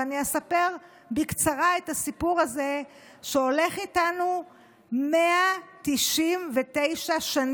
ואני אספר בקצרה את הסיפור הזה שהולך איתנו 199 שנים,